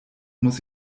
muss